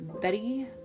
Betty